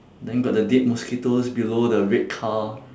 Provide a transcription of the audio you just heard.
then got the dead mosquitoes below the red car